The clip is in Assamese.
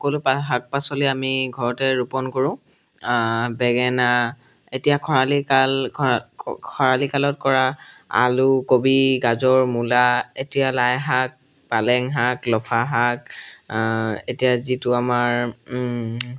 সকলো পা শাক পাচলি আমি ঘৰতে ৰোপণ কৰোঁ বেঙেনা এতিয়া খৰালি কাল খ খৰালি কালত কৰা আলু কবি গাজৰ মূলা এতিয়া লাই শাক পালেং শাক লফা শাক এতিয়া যিটো আমাৰ